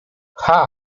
cha